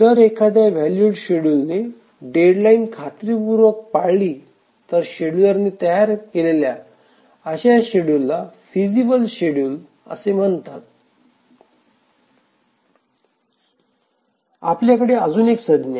जर एखाद्या valid schedule ने डेडलाईन खात्रीपूर्वक पाळली तर शेड्युलरने तयार केलेल्या अशा शेड्युल ला फिसिबल शेडूल असे म्हणतात आपल्याकडे अजून एक संज्ञा आहे